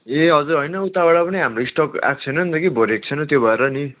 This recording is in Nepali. ए हजुर होइन उताबाट पनि हाम्रो स्टक आएको छैन नि त भरेको छैन त्यो भएर नि